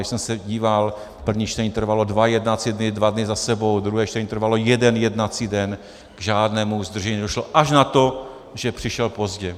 Když jsem se díval, první čtení trvalo dva jednací dny dva dny za sebou, druhé čtení trvalo jeden jednací den, k žádnému zdržení nedošlo, až na to, že přišel pozdě.